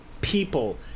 people